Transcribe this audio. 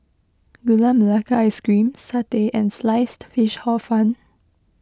Gula Melaka Ice Cream Satay and Sliced Fish Hor Fun